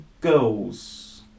Girls